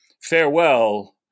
farewell